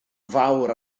fawr